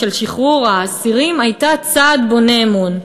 של שחרור האסירים הייתה צעד בונה אמון.